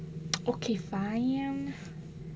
okay fine